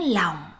lòng